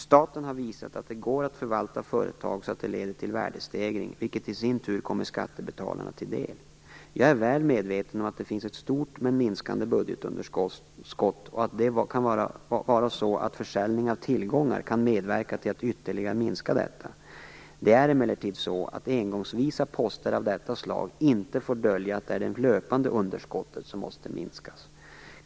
Staten var visat att det går att förvalta företag så att det leder till värdestegring, vilket i sin tur kommer skattebetalarna till del. Jag är väl medveten om att det finns ett stort, men minskande, budgetunderskott och att det kan vara så att försäljning av tillgångar kan medverka till att ytterligare minska detta. Engångsvisa poster av detta slag får emellertid inte dölja att det är det löpande underskottet som måste minskas.